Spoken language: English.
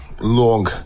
Long